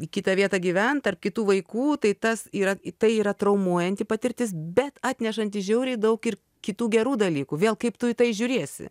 į kitą vietą gyvent tarp kitų vaikų tai tas yra tai yra traumuojanti patirtis bet atnešanti žiauriai daug ir kitų gerų dalykų vėl kaip tu į tai žiūrėsi